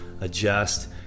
adjust